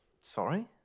Sorry